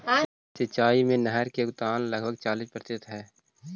सिंचाई में नहर के योगदान लगभग चालीस प्रतिशत हई